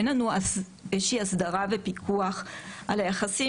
אין לנו איזושהי הסדרה ופיקוח על היחסים